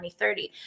2030